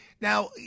now